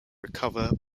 recover